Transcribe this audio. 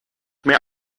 mehr